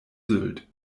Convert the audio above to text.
sylt